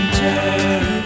turn